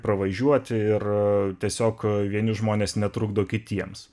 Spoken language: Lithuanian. pravažiuoti ir tiesiog vieni žmonės netrukdo kitiems